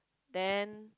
then